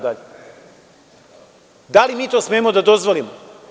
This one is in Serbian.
Da li to mi smemo da dozvolimo?